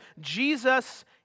Jesus